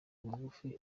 magufi